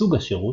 סוג השירות,